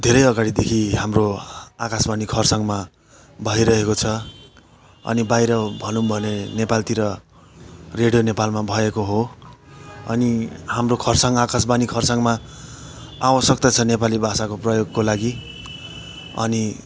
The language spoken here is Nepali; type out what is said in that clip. धेरै अगाडिदेखि हाम्रो आकाशवाणी खरसाङमा भइरहेको छ अनि बाहिर भनौँ भने नेपालतिर रेडियो नेपालमा भएको हो अनि हाम्रो खरसाङ आकाशवाणी खरसाङमा आवश्यकता छ नेपाली भाषाको प्रयोगको लागि अनि